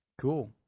Cool